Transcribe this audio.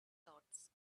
thoughts